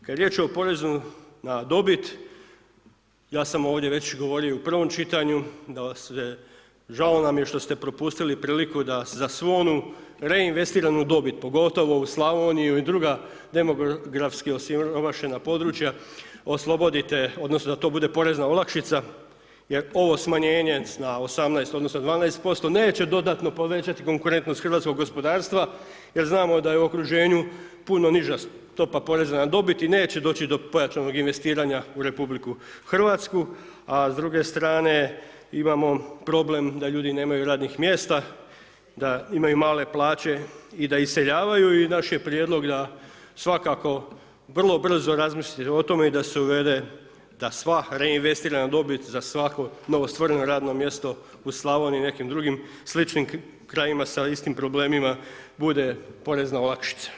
Kad je riječ o porezu na dobit, ja sam ovdje već govorio u prvom čitanju da žao nam je što ste propustili priliku da za svu onu reinvestiranu dobit, pogotovo u Slavoniji i u druga demografski osiromašena područja, oslobodite, odnosno da to bude porezna olakšica, jer ovo smanjenje na 18 odnosno 12% neće dodatno povećati konkurentnost hrvatskog gospodarstva jer znamo da je u okruženju puno niža stopa poreza na dobit i neće doći do pojačanog investiranja u RH, a s druge strane imamo problem da ljudi nemaju radnih mjesta, da imaju male plaće i da iseljavaju i naš je prijedlog da svakako vrlo brzo razmislite o tome i da se uvede, da sva reinvestirana dobit za svako novostvoreno radno mjesto u Slavoniji i nekim drugim sličnim krajevima sa istim problemima, bude porezna olakšica.